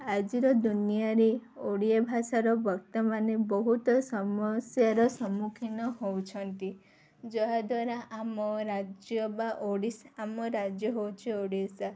ଆଜିର ଦୁନିଆରେ ଓଡ଼ିଆ ଭାଷାର ବର୍ତ୍ତମାନେ ବହୁତ ସମସ୍ୟାର ସମ୍ମୁଖୀନ ହେଉଛନ୍ତି ଯାହାଦ୍ୱାରା ଆମ ରାଜ୍ୟ ବା ଓଡ଼ିଶା ଆମ ରାଜ୍ୟ ହେଉଛି ଓଡ଼ିଶା